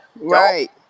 right